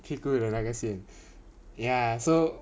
屁股的那个线 ya so